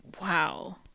Wow